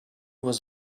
was